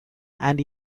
and